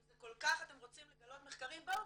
אם אתם כל כך רוצים לגלות מחקרים בואו,